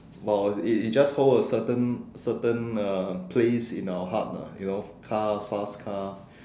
!wow! it it just hold a certain certain uh place in our heart lah you know car fast car